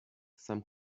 some